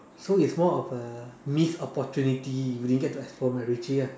so is more of a missed opportunity if you didn't get to explore macritchie lah